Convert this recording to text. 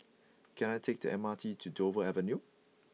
can I take the M R T to Dover Avenue